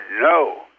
no